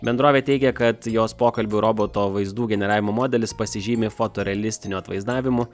bendrovė teigia kad jos pokalbių roboto vaizdų generavimo modelis pasižymi foto realistiniu atvaizdavimu